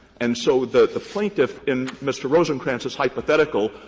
and so the plaintiff, in mr. rosenkranz's hypothetical,